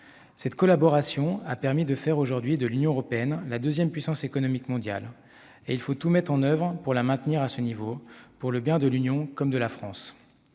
Cette collaboration a permis de faire aujourd'hui de l'Union européenne la deuxième puissance économique mondiale, et il faut tout mettre en oeuvre pour la maintenir à ce niveau, pour le bien de l'Union comme de la France.